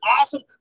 awesome